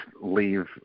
leave